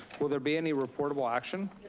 will there be any reportable action?